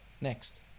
next